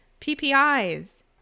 PPIs